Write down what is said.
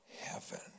heaven